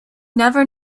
never